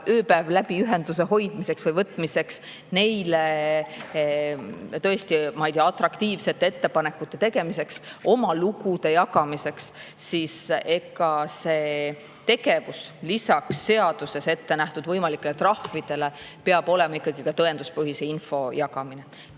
ööpäev läbi ühenduse hoidmiseks või võtmiseks, neile, ma ei tea, atraktiivsete ettepanekute tegemiseks, oma lugude jagamiseks, peab [vastu]tegevus lisaks seaduses ette nähtud võimalikele trahvidele olema ikkagi ka tõenduspõhise info jagamine.